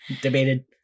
Debated